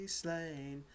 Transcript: slain